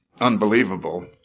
unbelievable